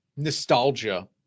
Nostalgia